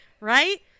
Right